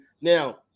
Now